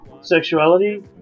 sexuality